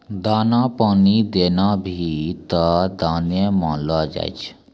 दाना पानी देना भी त दाने मानलो जाय छै